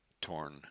torn